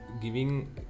giving